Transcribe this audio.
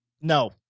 No